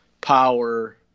power